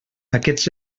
aquests